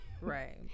Right